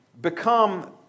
become